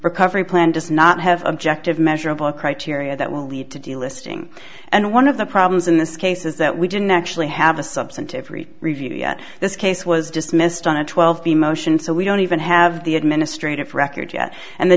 recovery plan does not have objective measurable criteria that will lead to delisting and one of the problems in this case is that we didn't actually have a substantive review yet this case was dismissed on a twelve emotion so we don't even have the administrative record yet and the